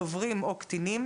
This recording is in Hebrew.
דוברים או קטינים,